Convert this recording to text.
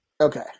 Okay